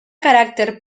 caràcter